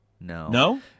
no